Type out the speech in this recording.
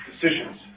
decisions